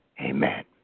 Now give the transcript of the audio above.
amen